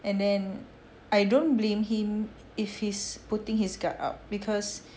and then I don't blame him if he's putting his guard up because